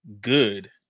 good